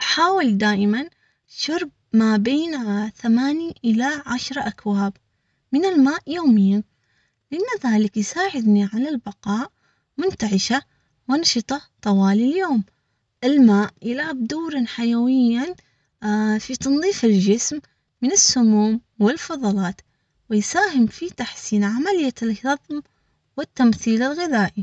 حاول دائما شرب ما بين ثماني الى عشرة اكواب من الماء يوميا لن ذلك يساعدني على البقاء منتعشة منشطة طوال اليوم الماء يلعب دور حيوياً في تنظيف الجسم من السموم والفضلات ويساهم في تحسين عملية الهضم والتمثيل الغذائي.